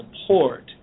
support